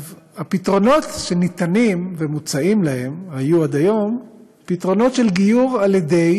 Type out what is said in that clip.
הפתרונות שניתנים ומוצעים להם היו עד היום פתרונות של גיור על ידי